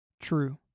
true